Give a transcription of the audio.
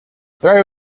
throw